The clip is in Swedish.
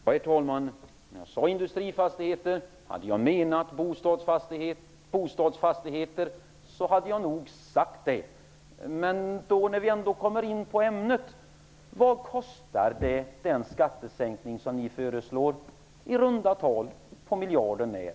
Herr talman! Jag sade industrifastigheter. Hade jag menat bostadsfastigheter, hade jag nog sagt det. När vi ändå kommer in på ämnet vill jag fråga: Vad kostar den skattesänkning som ni föreslår, i runda tal, på miljarden när?